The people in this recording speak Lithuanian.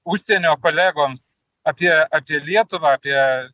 užsienio kolegoms apie apie lietuvą apie